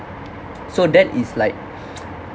so that is like